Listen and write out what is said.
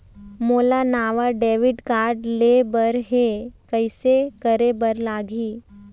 मोला नावा debit card लेबर हे, कइसे करे बर लगही?